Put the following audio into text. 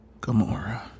Gamora